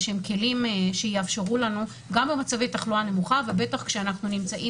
גם במצבי תחלואה נמוכה ובטח כשאנחנו נמצאים